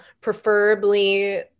preferably